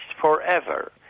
forever